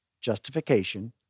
justification